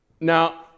Now